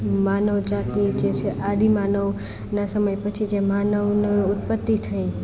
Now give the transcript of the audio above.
માનવ જાતની જે છે આદિમાનવ ના સમય પછી જે માનવની ઉત્પત્તી થઈ